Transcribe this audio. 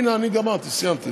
הינה, אני גמרתי, סיימתי.